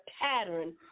pattern